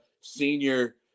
senior